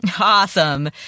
Awesome